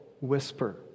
whisper